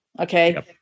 Okay